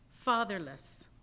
FATHERLESS